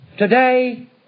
today